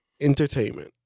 entertainment